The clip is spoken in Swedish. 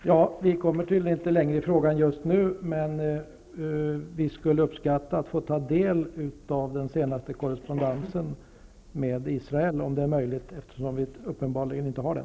Herr talman! Vi kommer tydligen inte längre i frågan just nu. Vi skulle uppskatta att få ta del av den senaste korrespondensen med Israel, om det är möjligt, eftersom vi uppenbarligen inte har den.